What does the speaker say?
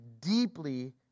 deeply